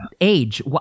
age